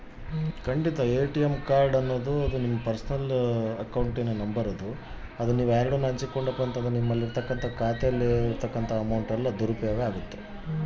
ATM card ನ PIN ಅನ್ನು ಯಾರೊಡನೆಯೂ ಹಂಚಿಕೊಳ್ಳದಿರುವುದು ಉತ್ತಮ, ಇಲ್ಲವಾದರೆ ಹಣದ ದುರುಪಯೋಗವಾದೀತು